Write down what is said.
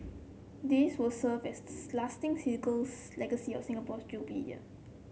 these will serve as lasting legacy of Singapore's Jubilee Year